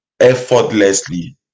effortlessly